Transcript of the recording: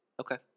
Okay